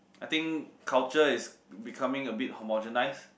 I think culture is becoming a bit homogenised